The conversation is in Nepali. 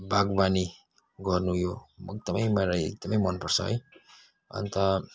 बागवानी गर्नु यो एकदमै मलाई एकदमै मन पर्छ है अन्त